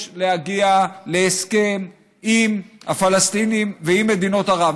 להגיע להסכם עם הפלסטינים ועם מדינות ערב.